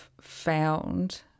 found